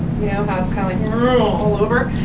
you know how it's kind of all over,